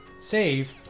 save